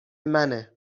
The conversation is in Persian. منه